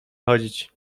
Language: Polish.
chodzić